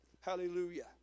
Hallelujah